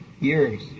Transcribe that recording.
years